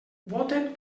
voten